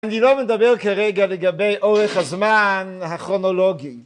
אני לא מדבר כרגע לגבי אורך הזמן הכרונולוגי.